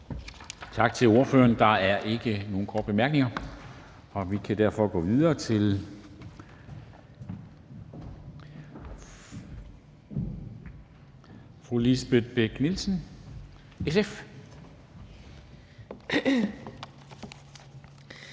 Tak til ordføreren. Der er ikke nogen korte bemærkninger, og vi kan derfor gå videre til fru Lisbeth Bech-Nielsen, SF.